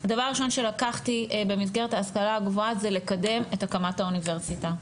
הדבר הראשון שלקחתי במסגרת ההשכלה הגבוהה זה לקדם את הקמת האוניברסיטה.